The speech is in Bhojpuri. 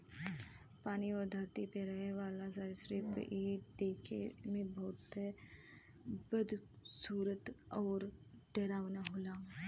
पानी आउर धरती पे रहे वाला सरीसृप इ देखे में बहुते बदसूरत आउर डरावना होला